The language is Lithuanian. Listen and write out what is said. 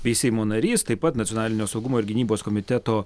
bei seimo narys taip pat nacionalinio saugumo ir gynybos komiteto